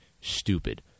stupid